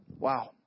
Wow